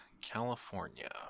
California